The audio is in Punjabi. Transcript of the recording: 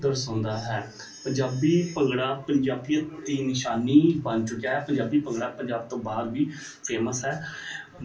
ਦਰਸਾਉਂਦਾ ਹੈ ਪੰਜਾਬੀ ਭੰਗੜਾ ਪੰਜਾਬੀਅਤ ਦੀ ਨਿਸ਼ਾਨੀ ਬਣ ਚੁੱਕਿਆ ਹੈ ਪੰਜਾਬੀ ਭੰਗੜਾ ਪੰਜਾਬ ਤੋਂ ਬਾਹਰ ਵੀ ਫੇਮਸ ਹੈ